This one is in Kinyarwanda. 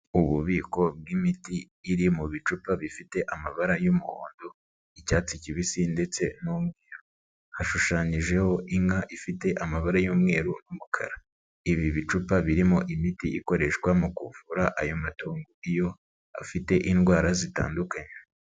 Ububiko bw'imiti iri mu bicupa bifite amabara y'umuhondo, icyatsi kibisi ndetse n'umweru, hashushanyijeho inka ifite amabara y'umweru n'umukara, ibi bicupa birimo imiti ikoreshwa mu kuvura ayo matungo iyo afite indwara zitandukanye.